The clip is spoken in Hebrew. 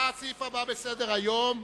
הסעיף הבא שעל סדר-היום: